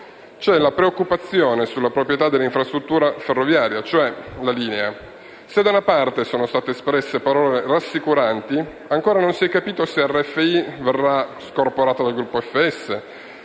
C'è la preoccupazione sulla proprietà dell'infrastruttura ferroviaria, cioè la linea. Se da una parte sono state espresse parole rassicuranti, ancora non si è capito se RFI sarà scorporata dal gruppo FS,